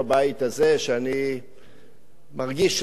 שאני מרגיש שזה הבית שלי.